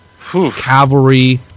cavalry